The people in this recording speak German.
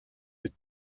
mit